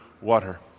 water